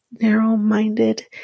narrow-minded